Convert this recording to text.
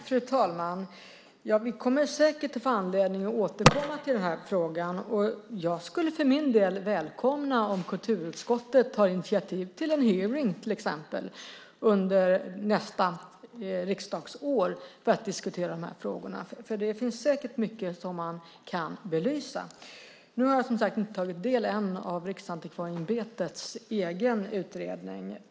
Fru talman! Vi kommer säkert att få anledning att återkomma till den här frågan. Jag skulle för min del välkomna om kulturutskottet tar initiativ till en hearing till exempel under nästa riksdagsår för att diskutera de här frågorna. Det finns säkert mycket som man kan belysa. Nu har jag som sagt inte tagit del än av Riksantikvarieämbetets egen utredning.